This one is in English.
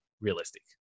realistic